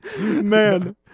Man